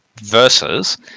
versus